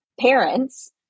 parents